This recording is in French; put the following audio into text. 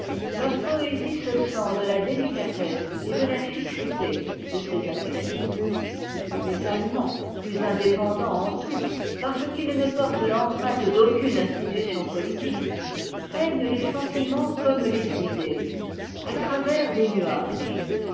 leur poésie se sent de la délicatesse et de la fixité de ces affections les ahemands plus indépendants en tout parce qu'ils ne portent l'empreinte d'aucune institution politique peignent les sentiments comme les idées à travers des nuages